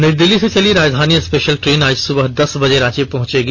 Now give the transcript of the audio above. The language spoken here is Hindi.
नई दिल्ली से चली राजधानी स्पेषल ट्रेन आज सुबह दस बजे रांची पहुंचेगी